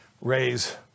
raise